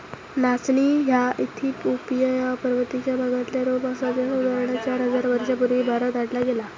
नाचणी ह्या इथिओपिया च्या पर्वतीय भागातला रोप आसा जा साधारण चार हजार वर्षां पूर्वी भारतात हाडला गेला